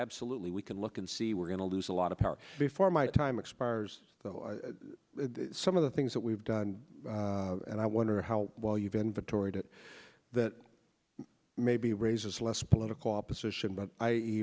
absolutely we can look and see we're going to lose a lot of power before my time expires some of the things that we've done and i wonder how well you've inventory that that may be raises less political opposition but i